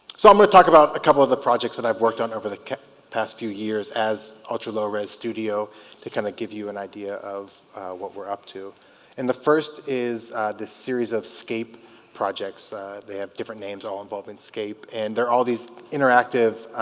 so i'm going to talk about a couple of the projects that i've worked on over the past few years as ultra low res studio to kind of give you an idea of what we're up to and the first is this series of scape projects they have different names all involved in scape and they're all these interactive